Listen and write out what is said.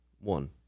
One